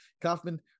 Kaufman